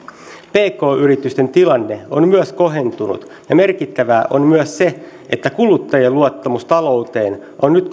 pk yritysten tilanne on myös kohentunut ja merkittävää on myös se että kuluttajien luottamus talouteen on nyt